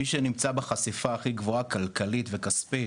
מי שנמצא בחשיפה הכי גבוהה כלכלית וכספית,